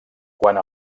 quant